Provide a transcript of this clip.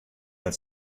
that